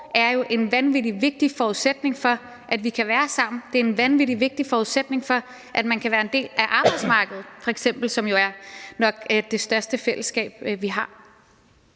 er jo en vanvittig vigtig forudsætning for, at vi kan være sammen, og det er en vanvittig vigtig forudsætning for, at man kan være en del af arbejdsmarkedet, som jo f.eks. nok er det største fællesskab, vi har.